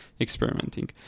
experimenting